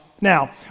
Now